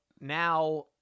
now